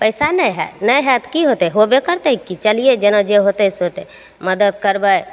पइसा नहि हइ नहि हइ तऽ कि होतै होबे करतै कि चलिए जेना जे होतै से होतै मदति करबै